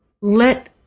let